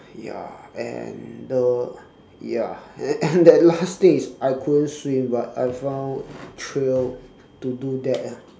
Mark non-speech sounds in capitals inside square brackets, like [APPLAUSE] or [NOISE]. ya and the ya and that [LAUGHS] last thing is I couldn't swim but I found thrill to do that ah